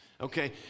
Okay